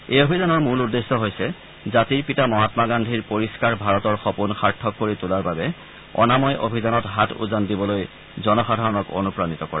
এই অভিযানৰ মূল উদ্দেশ্য হৈছে জাতিৰ পিতা মহাম্মা গান্ধীৰ পৰিষ্ণাৰ ভাৰতৰ সপোন সাৰ্থক কৰি তোলাৰ বাবে অনাময় অভিযানৰ হাত উজান দিবলৈ জনসাধাৰণক অনুপ্ৰাণিত কৰা